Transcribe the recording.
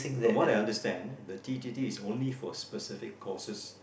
from what I understand the T_T_T is only for specific courses